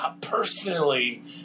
personally